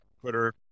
Twitter